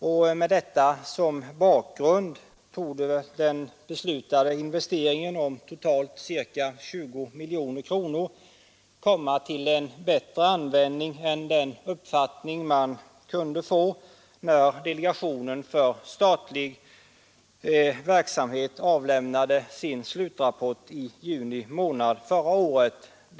Därmed torde den beslutade investeringen om totalt ca 20 miljoner kronor komma till en bättre användning än man kunde tro när delegationen för lokalisering av statlig verksamhet avlämnade sin slutrapport i juni månad förra året.